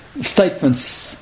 statements